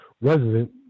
resident